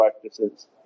practices